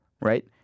Right